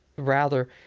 rather,